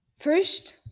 First